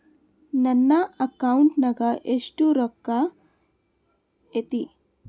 ನನ್ನ ಅಕೌಂಟ್ ನಾಗ ಎಷ್ಟು ರೊಕ್ಕ ಐತಿ?